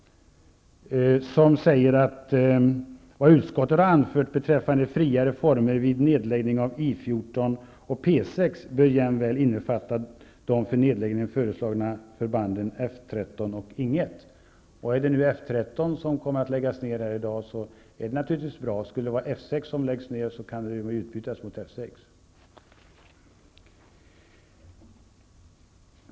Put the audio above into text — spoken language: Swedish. I det sägs att vad utskottet har anfört om friare former vid nedläggning av I 14 och P 6 jämväl bör innefatta de för nedläggning föreslagna förbanden F 13 och Ing 1. Är det nu F 13 som kommer att läggas ned enligt beslutet här i dag är det naturligtvis bra. Skulle det bli F 6 som läggs ned kan ju F 13 utbytas mot F 6.